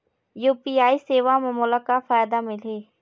UPI सेवा म मोला का फायदा मिलही?